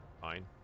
Fine